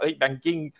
banking